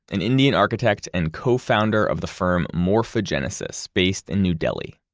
an indian architect and co-founder of the firm morphogenesis based in new delhi.